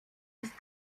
ist